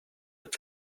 its